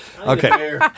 Okay